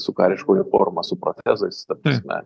su kariška uniforma su protezais ta prasme